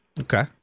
Okay